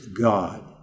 God